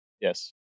Yes